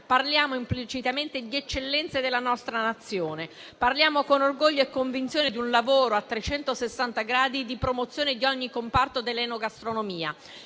parliamo implicitamente di eccellenze della nostra Nazione. Parliamo con orgoglio e convinzione di un lavoro a 360 gradi di promozione di ogni comparto dell'enogastronomia.